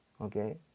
okay